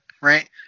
right